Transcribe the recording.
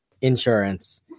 insurance